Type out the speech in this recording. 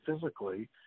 physically